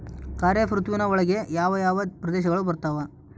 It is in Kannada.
ಖಾರೇಫ್ ಋತುವಿನ ಒಳಗೆ ಯಾವ ಯಾವ ಪ್ರದೇಶಗಳು ಬರ್ತಾವ?